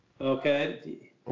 Okay